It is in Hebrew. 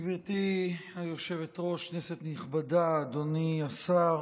גברתי היושבת-ראש, כנסת נכבדה, אדוני השר,